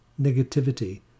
negativity